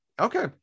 Okay